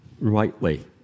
rightly